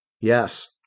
Yes